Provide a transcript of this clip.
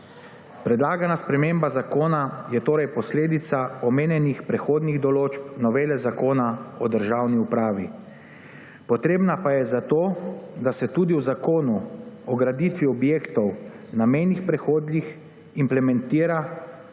Predlagana sprememba zakona je torej posledica omenjenih prehodnih določb novele Zakona o državni upravi, potrebna pa je zato, da se tudi v Zakon o graditvi objektov na mejnih prehodih implementira